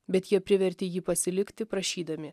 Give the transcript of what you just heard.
bet jie privertė jį pasilikti prašydami